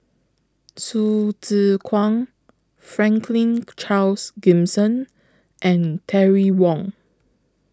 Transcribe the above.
Hsu Tse Kwang Franklin Charles Gimson and Terry Wong